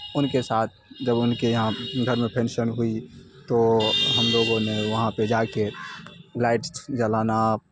ان کے ساتھ جب ان کے یہاں گھر میں فینشن ہوئی تو ہم لوگوں نے وہاں پہ جا کے لائٹس جلانا